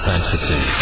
Fantasy